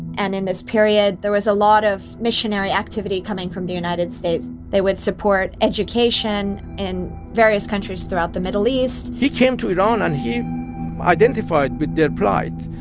and in this period, there was a lot of missionary activity coming from the united states. they would support education in various countries throughout the middle east he came to iran, and he identified with their plight.